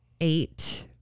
eight